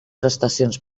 prestacions